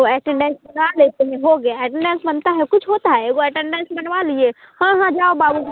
attendance बना लेते हैं हो गया एटेंडेन्स बनता है और कुछ होता है एगो एटेंडेन्स बनवा लिए हाँ हाँ जाओ बाबू